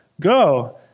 Go